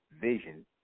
vision